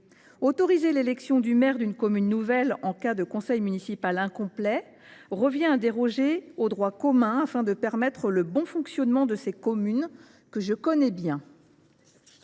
Autoriser l’élection du maire d’une commune nouvelle en cas de conseil municipal incomplet revient à déroger au droit commun afin de permettre le bon fonctionnement de ces communes que je connais bien.